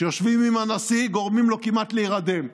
כשיושבים עם הנשיא, גורמים לו כמעט להירדם,